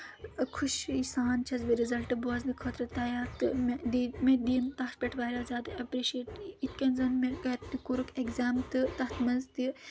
خُشی سان چھَس بہٕ رِزَلٹہٕ بوزنہٕ خٲطرٕ تَیار تہٕ مےٚ دِنۍ تَتھ پؠٹھ واریاہ زیادٕ ایٚپرِشِیٹ یِتھ کٔنۍ زَن مےٚ گَرِ تہِ کوٚرُکھ ایٚگزام تہٕ تَتھ منٛز تہِ